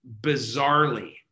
bizarrely